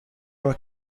our